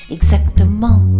Exactement